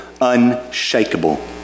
unshakable